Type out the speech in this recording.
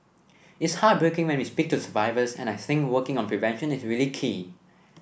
it's heartbreaking when we speak to survivors and I think working on prevention is really key